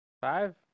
Five